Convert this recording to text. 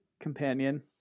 companion